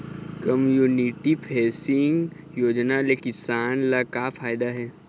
Community fencing योजना ले किसान ल का फायदा हे?